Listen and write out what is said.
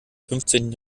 fünfzehnten